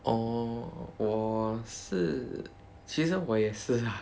orh 我是其实我也是 ah